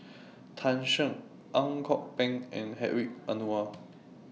Tan Shen Ang Kok Peng and Hedwig Anuar